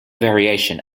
variation